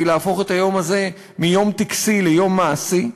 להפוך את היום הזה מיום טקסי ליום מעשי.